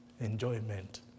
Enjoyment